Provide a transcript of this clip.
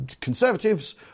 conservatives